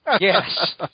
Yes